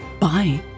Bye